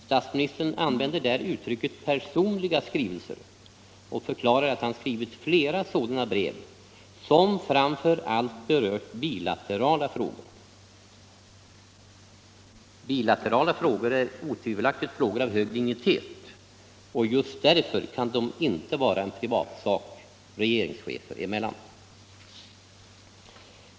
Statsministern använder där uttrycket ”personliga skrivelser” och förklarar att han skrivit flera sådana brev som framför allt har berört bilaterala frågor. Bilaterala frågor är otvivelaktigt frågor av hög dignitet, och just därför kan de inte vara en privatsak regeringschefer emellan.